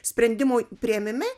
sprendimų priėmime